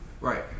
Right